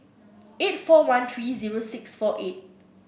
eight four one three zero six four eight